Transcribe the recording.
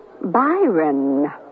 Byron